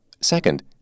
Second